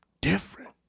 different